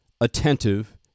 attentive